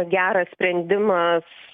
geras sprendimas